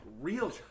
Real